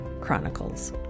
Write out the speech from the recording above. Chronicles